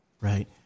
right